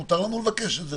מותר לנו לבקש את זה,